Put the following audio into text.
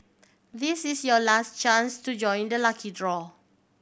this is your last chance to join the lucky draw